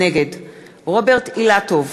נגד רוברט אילטוב,